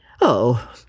Oh